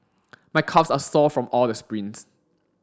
my calves are sore from all the sprints